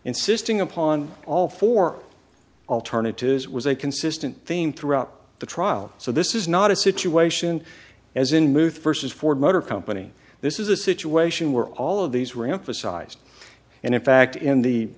insisting upon all four alternatives was a consistent theme throughout the trial so this is not a situation as in move versus ford motor company this is a situation where all of these were up for sized and in fact in the